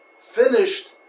finished